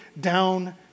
down